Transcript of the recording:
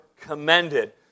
commended